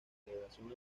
celebración